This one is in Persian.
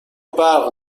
برق